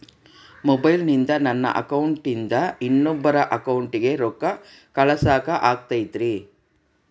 ಮೊಬೈಲಿಂದ ನನ್ನ ಅಕೌಂಟಿಂದ ಇನ್ನೊಬ್ಬರ ಅಕೌಂಟಿಗೆ ರೊಕ್ಕ ಕಳಸಾಕ ಆಗ್ತೈತ್ರಿ?